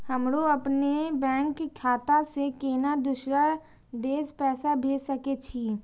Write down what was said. हमरो अपने बैंक खाता से केना दुसरा देश पैसा भेज सके छी?